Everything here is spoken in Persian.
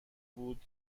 بود